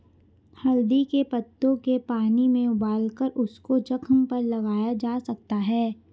हल्दी के पत्तों के पानी में उबालकर उसको जख्म पर लगाया जा सकता है